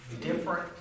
different